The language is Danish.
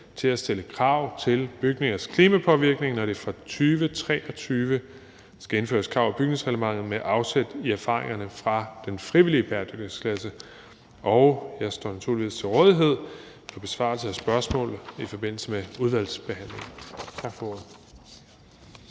til at stille krav til bygningers klimapåvirkning, når der fra 2023 skal indføres krav i bygningsreglementet med afsæt i erfaringerne fra den frivillige bæredygtighedsklasse. Jeg står naturligvis til rådighed for besvarelsen af spørgsmålet i forbindelse med udvalgsbehandlingen.